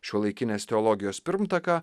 šiuolaikinės teologijos pirmtaką